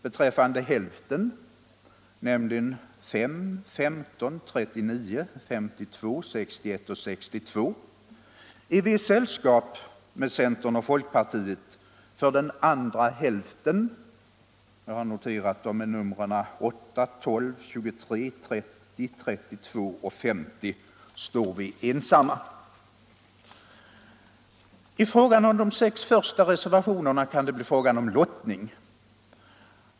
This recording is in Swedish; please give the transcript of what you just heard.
Beträffande hälften, nämligen 5, 15, 39, 52, 61 och 62, är vi i sällskap med centern och folkpartiet. För den andra hälften — 8, 12, 23, 30, 32 och 50 — står vi ensamma. Vad gäller de sex första reservationerna kan det bli fråga om lottning.